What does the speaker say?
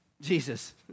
Jesus